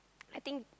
I think